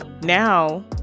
now